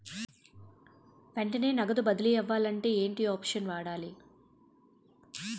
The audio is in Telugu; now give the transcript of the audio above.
వెంటనే నగదు బదిలీ అవ్వాలంటే ఏంటి ఆప్షన్ వాడాలి?